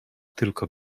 tylko